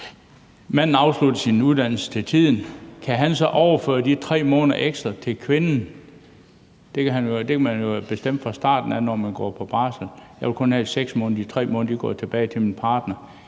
Manden afslutter sin uddannelse til tiden, og kan han så overføre de 3 måneder ekstra til kvinden? Det kan man jo bestemme fra starten af, når man går på barsel: Jeg vil kun have 6 måneder, og de 3 måneder går tilbage til min partner.